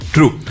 True